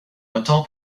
atop